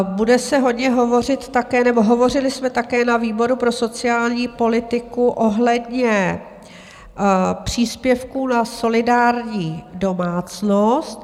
Bude se hodně hovořit také, nebo hovořili jsme také na výboru pro sociální politiku ohledně příspěvků na solidární domácnost.